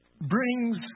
brings